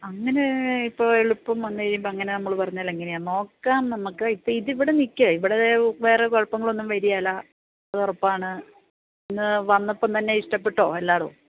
അങ്ങനെ ഇപ്പം എളുപ്പം വന്നു കഴിയുമ്പോൾ അങ്ങനെ പറഞ്ഞാൽ എങ്ങനെയാണ് നോക്കാം നമുക്കിപ്പം ഇവിടെ നില്ക്ക് ഇവിടെ വേറെ കുഴപ്പങ്ങളൊന്നും വരികയില്ല അതുറപ്പാണ് വന്നപ്പം തന്നെ ഇഷ്ടപ്പെട്ടോ എല്ലായിടവും